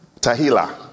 Tahila